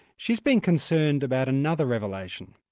she's been concerned about another revelation,